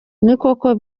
nako